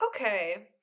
Okay